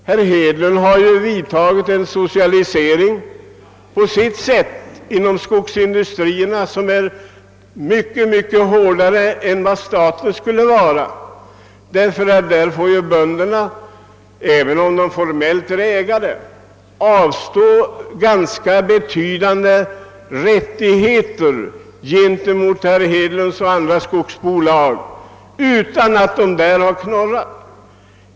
Herr Hedlund har ju inom skogsindustrierna på sitt sätt företagit en »socialisering» som är mycket hårdare än en statlig socialisering skulle vara; även om bönderna formellt är ägare får de avstå ganska betydande rättigheter till herr Hedlunds bolag och andra skogsbolag, men de har inte knorrat.